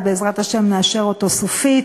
ובעזרת השם נאשר אותו סופית,